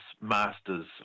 masters